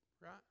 right